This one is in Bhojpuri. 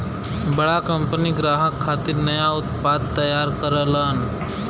बड़ा कंपनी ग्राहक खातिर नया उत्पाद तैयार करलन